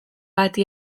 bati